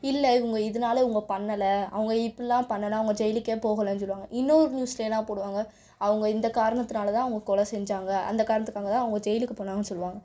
இல்லை இவங்க இதனால இவங்க பண்ணலை அவங்க இப்படிலாம் பண்ணல இவங்க ஜெயிலுக்கே போகலைன்னு சொல்வாங்க இன்னொரு நியூஸ்ஸில் என்ன போடுவாங்க அவங்க இந்த காரணத்தினால தான் அவங்க கொலை செஞ்சாங்க அந்த காரணத்துக்காக தான் அவங்க ஜெயிலுக்கு போனாங்கனு சொல்வாங்க